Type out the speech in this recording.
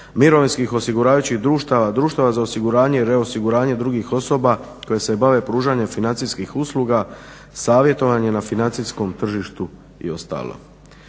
mirovinskih osiguravajućih društava, društava za osiguranje i reosiguranje drugih osoba koje se bave pružanjem financijskih usluga, savjetovanje na financijskom tržištu i ostalo.